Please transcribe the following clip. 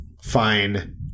fine